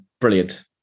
Brilliant